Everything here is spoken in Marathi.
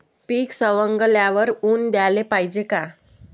पीक सवंगल्यावर ऊन द्याले पायजे का?